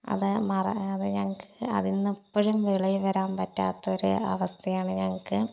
അത് മറ അത് ഞങ്ങൾക്ക് അതിൽ നിന്നിപ്പോഴും വെളിയിൽ വരാൻ പറ്റാത്തൊരു അവസ്ഥയാണ് ഞങ്ങൾക്ക്